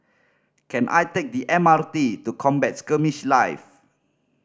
can I take the M R T to Combat Skirmish Live